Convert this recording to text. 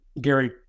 Gary